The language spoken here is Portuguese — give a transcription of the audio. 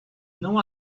não